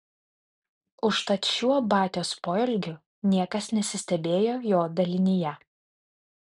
užtat šiuo batios poelgiu niekas nesistebėjo jo dalinyje